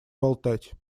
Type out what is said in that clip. болтать